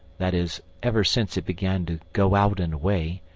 that is, ever since it began to go out and away,